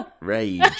rage